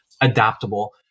adaptable